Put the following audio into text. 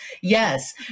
Yes